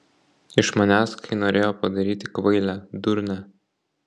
iš manęs kai norėjo padaryti kvailę durnę